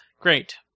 Great